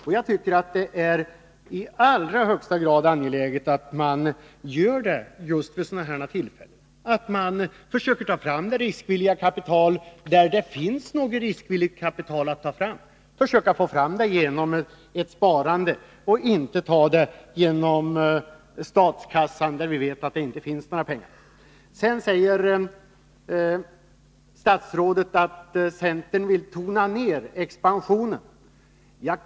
Och jag tycker det är i allra högsta grad angeläget att göra detta just vid sådana tillfällen, att försöka ta fram riskvilligt kapital där det finns sådant att ta fram, att försöka få fram det genom sparande i stället för att ta det genom statskassan, där vi vet att det inte finns några pengar. Statsrådet säger sedan att centern vill tona ner expansionen.